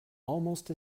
almost